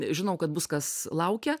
žinau kad bus kas laukia